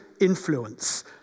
influence